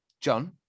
John